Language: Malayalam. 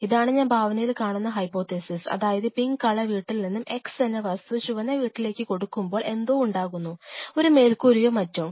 ഇതാണ് ഞാൻ ഭാവനയിൽ കാണുന്ന ഹൈപോതെസിസ് അതായത് പിങ്ക് കളർ വീട്ടിൽ നിന്ന് x എന്ന വസ്തു ചുവന്ന വീട്ടിലേക്ക് കൊടുക്കുമ്പോൾ എന്തോ ഉണ്ടാകുന്നു ഒരു മേൽക്കൂരയോ മറ്റോ